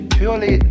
purely